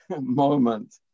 moment